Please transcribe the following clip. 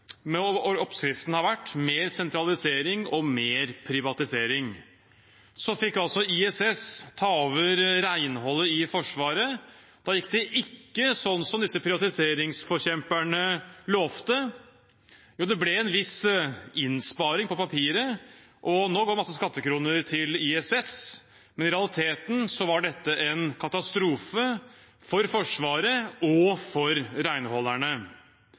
oppskriften har vært mer sentralisering og mer privatisering. Så fikk ISS ta over renholdet i Forsvaret. Da gikk det ikke sånn som disse privatiseringsforkjemperne lovte. Det ble en viss innsparing på papiret, og nå går masse skattekroner til ISS, men i realiteten var dette en katastrofe for Forsvaret og for